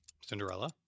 Cinderella